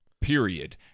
period